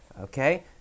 Okay